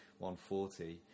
140